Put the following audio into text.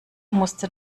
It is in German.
musste